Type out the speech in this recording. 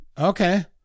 okay